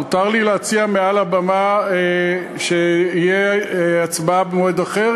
מותר לי להציע מעל הבמה שתהיה הצבעה במועד אחר,